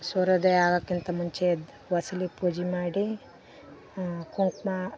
ಸೂರ್ಯೋದಯ ಆಗೋಕ್ಕಿಂತ ಮುಂಚೆ ಎದ್ದು ಹೊಸ್ಲಿಗ್ ಪೂಜೆ ಮಾಡಿ ಕುಂಕುಮ